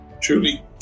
truly